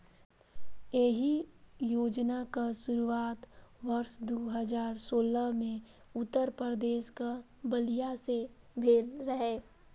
एहि योजनाक शुरुआत वर्ष दू हजार सोलह मे उत्तर प्रदेशक बलिया सं भेल रहै